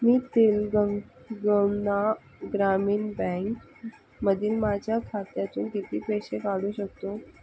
मी Telangana ग्रामीण bank मधील माझ्या खात्यातून किती पैसे काढू शकतो